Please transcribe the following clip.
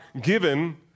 given